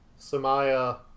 samaya